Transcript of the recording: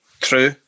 true